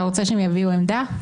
אתה רוצה שהם יביעו עמדה?